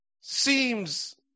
Seems